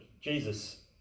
Jesus